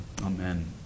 Amen